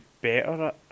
better